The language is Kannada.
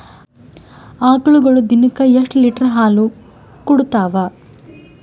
ಆಕಳುಗೊಳು ದಿನಕ್ಕ ಎಷ್ಟ ಲೀಟರ್ ಹಾಲ ಕುಡತಾವ?